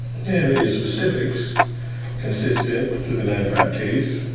there is specifics consistent to the ninety five case.